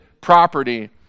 property